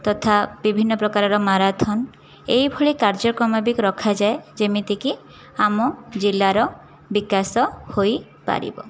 ତଥା ବିଭିନ୍ନ ପ୍ରକାରର ମାରାଥନ୍ ଏହିଭଳି କାର୍ଯ୍ୟକ୍ରମ ବି ରଖାଯାଏ ଯେମିତିକି ଆମ ଜିଲ୍ଲାର ବିକାଶ ହୋଇପାରିବ